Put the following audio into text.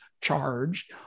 charged